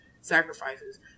sacrifices